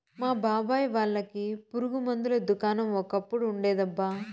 మా బాబాయ్ వాళ్ళకి పురుగు మందుల దుకాణం ఒకప్పుడు ఉండేదబ్బా